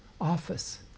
office